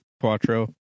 Quattro